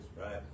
right